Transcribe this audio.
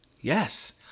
yes